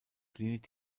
klinik